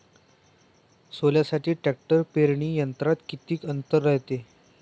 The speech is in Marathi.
सोल्यासाठी ट्रॅक्टर पेरणी यंत्रात किती अंतर रायते?